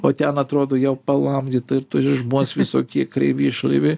o ten atrodo jau palamdyta ir ir žmonės visokie kreivi šleivi